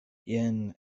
jen